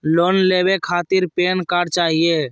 Loan लेवे खातीर PAN card चाहियो?